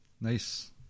Nice